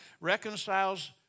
reconciles